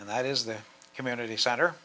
and that is the community center